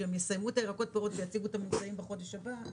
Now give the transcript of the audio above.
כשהם יסיימו את הירקות והפירות ויציגו את הממצאים בחודש הבא,